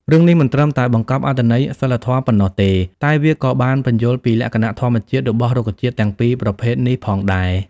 រឿងនេះមិនត្រឹមតែបង្កប់អត្ថន័យសីលធម៌ប៉ុណ្ណោះទេ តែវាក៏បានពន្យល់ពីលក្ខណៈធម្មជាតិរបស់រុក្ខជាតិទាំងពីរប្រភេទនេះផងដែរ។